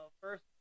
first